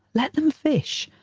let them fish,